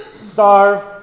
starve